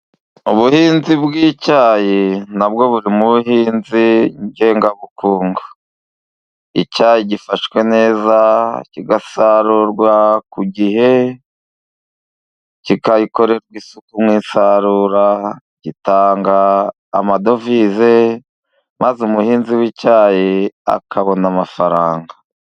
Ubuhinzi bw'icyayi na bwo buri mu buhinzi ngengabukungu. Icyayi gifashwe neza kigasarurwa ku gihe kigakorerwa isuku mu isarura, gitanga amadovize, maze umuhinzi w'icyayi akabona amafaranga.